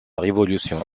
révolution